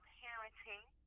parenting